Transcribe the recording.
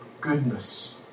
goodness